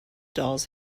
dolls